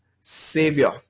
Savior